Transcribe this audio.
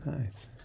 nice